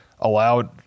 allowed